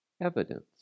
Evidence